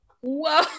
whoa